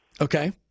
Okay